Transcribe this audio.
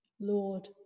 Lord